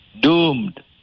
Doomed